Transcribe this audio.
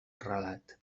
relat